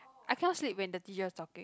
I cannot sleep when the teacher is talking